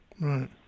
Right